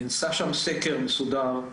נעשה שם סקר מסודר,